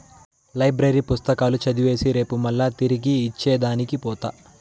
library పుస్తకాలు చదివేసి రేపు మల్లా తిరిగి ఇచ్చే దానికి పోత